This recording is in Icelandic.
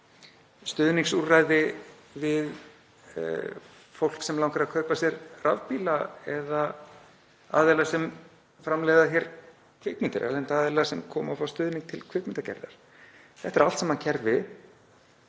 stuðningsúrræði við fólk sem langar að kaupa sér rafbíla eða aðila sem framleiða hér kvikmyndir, erlenda aðila sem koma og fá stuðning til kvikmyndagerðar. Þetta eru allt saman kerfi